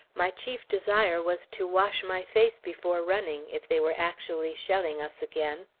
my chief desire was to wash my face before running, if they were actually shelling us again.